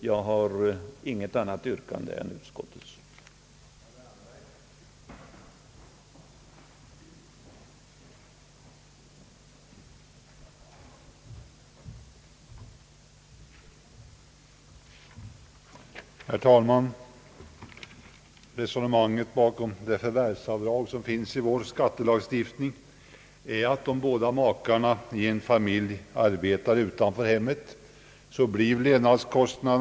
Jag har inget annat yrkande än utskottsmajoritetens.